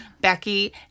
Becky